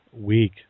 week